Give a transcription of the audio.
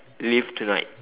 live tonight